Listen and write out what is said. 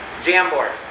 Jamboard